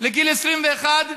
לגיל 21,